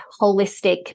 holistic